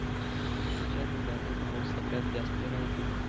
कोनच्या दुधाले भाव सगळ्यात जास्त रायते?